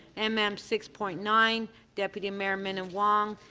and mm um six point nine, deputy mayor minnan-wong.